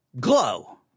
glow